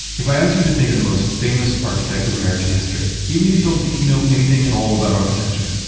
if i asked you to think of the most famous architect in american history, even if you don't think you know anything at all about architecture,